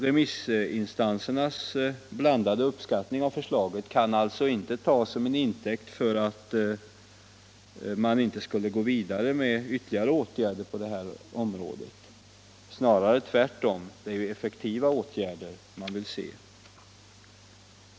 Remissinstansernas blandade uppskattning av förslaget kan alltså inte tas som intäkt för att man inte skulle gå vidare med ytterligare åtgärder på detta område — snarare tvärtom. Det är effektiva åtgärder man vill se.